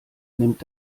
nimmt